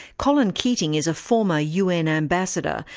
colin keating is a former un ambassador,